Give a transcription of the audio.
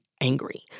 angry